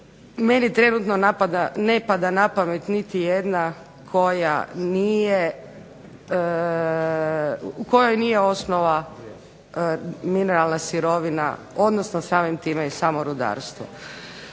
meni trenutno ne pada napamet niti jedna kojoj nije osnova mineralna sirovina odnosno samim time i samo rudarstvo.